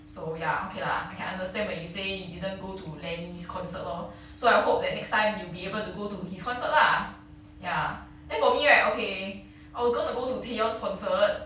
so ya okay lah I can understand when you say you didn't go to lany concert lor so I hope that next time you will be able to go to his concert lah ya then for me right okay I was going to go to taeyeon concert